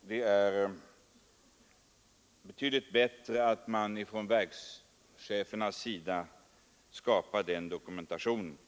Det är betydligt bättre att man från verkschefernas sida skapar den dokumentationen.